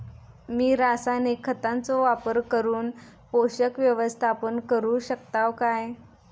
मी रासायनिक खतांचो वापर करून पोषक व्यवस्थापन करू शकताव काय?